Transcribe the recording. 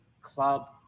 club